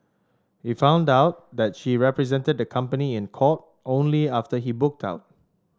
he found out that she represented the company in court only after he book out